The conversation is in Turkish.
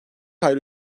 ayrı